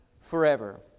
forever